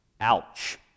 Ouch